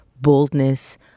boldness